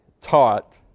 taught